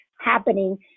happening